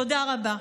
תודה רבה.